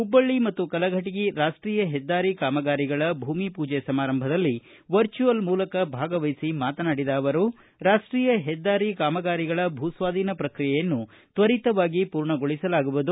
ಹುಬ್ಬಳ್ಳಿ ಮತ್ತು ಕಲಘಟಗಿ ರಾಷ್ರೀಯ ಹೆದ್ದಾರಿ ಕಾಮಗಾರಿಗಳ ಭೂಮಿ ಪೂಜೆ ಸಮಾರಂಭದಲ್ಲಿ ವರ್ಚ್ಯುಯಲ್ ಮೂಲಕ ಭಾಗವಹಿಸಿ ಮಾತನಾಡಿದ ಅವರು ರಾಷ್ಟೀಯ ಹೆದ್ದಾರಿ ಕಾಮಗಾರಿಗಳ ಭೂಸ್ವಾಧೀನ ಪ್ರಕ್ರಿಯೆಯನ್ನು ತ್ವರಿತವಾಗಿ ಪೂರ್ಣಗೊಳಿಸಲಾಗುವುದು